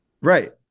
Right